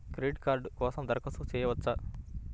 Credit card కోసం దరఖాస్తు చేయవచ్చా?